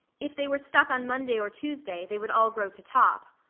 if they were stuck on monday or tuesday, they would all grow to top.